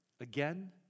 again